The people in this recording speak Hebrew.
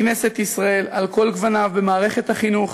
בכנסת ישראל ובמערכת החינוך,